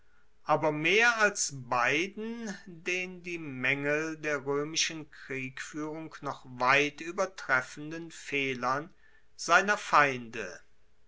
aber mehr als beiden den die maengel der roemischen kriegfuehrung noch weit uebertreffenden fehlern seiner feinde